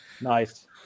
Nice